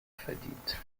verdient